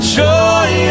joy